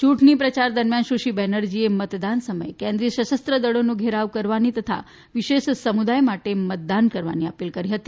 યૂંટણી પ્રચાર દરમયાન સુશ્રી બેનર્જીએ મતદાન સમયે કેન્દ્રિય સશસ્ત્રદળોનો ઘેરાવ કરવાની તથા વિશેષ સમુદાય માટે મતદાન કરવાની અપીલ કરી હતી